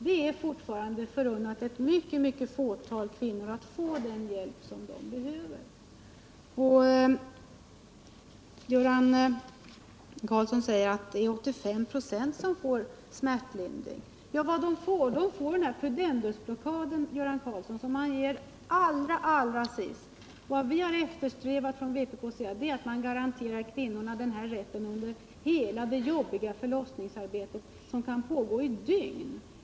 Det är fortfarande förunnat ett mycket litet antal kvinnor att få den hjälp de behöver. Göran Karlsson säger att 85 926 får smärtlindring. Ja, vad de får är pudendusblockaden, Göran Karlsson, som man ger allra, allra sist. Vad vi har eftersträvat från vpk är att man garanterar kvinnor den här rätten under hela det jobbiga förlossningsarbetet, som kan pågå i dygn.